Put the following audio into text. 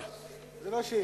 זה לא שאילתות.